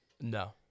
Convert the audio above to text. No